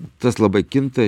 tas labai kinta